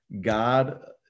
God